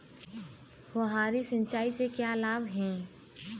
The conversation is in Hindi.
फुहारी सिंचाई के क्या लाभ हैं?